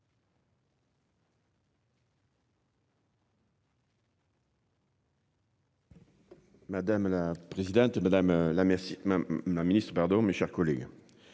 madame la présidente, madame la Ministre, mes chers collègues.